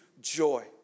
joy